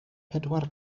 pedwar